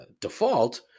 default